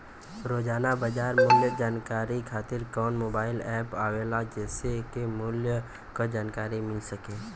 रोजाना बाजार मूल्य जानकारी खातीर कवन मोबाइल ऐप आवेला जेसे के मूल्य क जानकारी मिल सके?